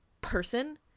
person